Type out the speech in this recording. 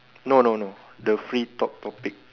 no no no the free talk topic